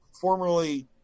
formerly